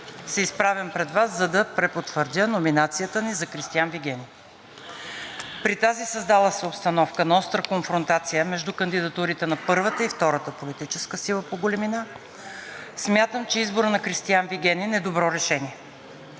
се изправям пред Вас, за да препотвърдя номинацията ни за Кристиан Вигенин. При тази създала се обстановка на остра конфронтация между кандидатурите на първата и втората политическа сила по големина смятам, че изборът на Кристиан Вигенин е добро решение.